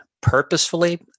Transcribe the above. purposefully